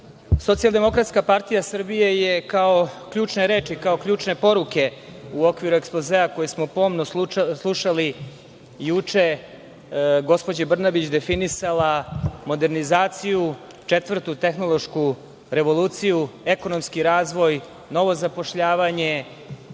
Socijaldemokratska partija Srbija je kao ključne reči i ključne poruke u okviru ekspozea koji smo pomno slušali juče, gospođe Brnabić, definisala - modernizaciju, Četvrtu tehnološku revoluciju, ekonomski razvoj, novo zapošljavanje,